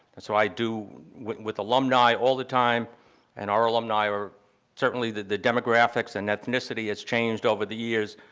and so i do, with alumni all the time and our alumni are certainly the the demographics and ethnicity has changed over the years,